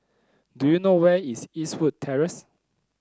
do you know where is Eastwood Terrace